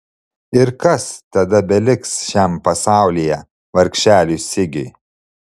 ir kas tada beliks šiam pasaulyje vargšeliui sigiui